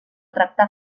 tractar